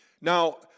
Now